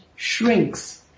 Shrinks